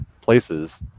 places